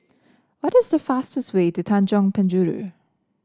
what is the fastest way to Tanjong Penjuru